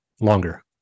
longer